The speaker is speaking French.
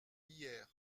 hier